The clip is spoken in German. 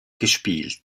gespielt